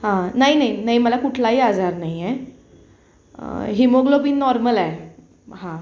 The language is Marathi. हां नाही नाही नाही मला कुठलाही आजार नाही आहे हिमोग्लोबीन नॉर्मल आहे हां